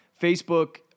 Facebook